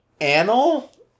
Anal